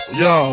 yo